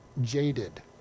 jaded